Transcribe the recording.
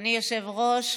אדוני היושב-ראש,